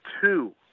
two